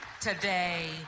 today